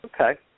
Okay